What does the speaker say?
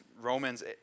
Romans